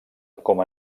com